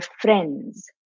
friends